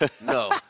no